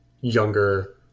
younger